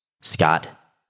Scott